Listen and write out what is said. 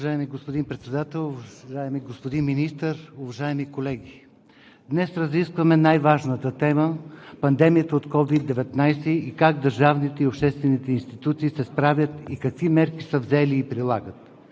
Днес разискваме най-важната тема – пандемията от COVID-19, как държавните и обществените институции се справят и какви мерки са взели и прилагат?